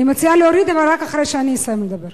אני מציעה להוריד, אבל רק אחרי שאני אסיים לדבר.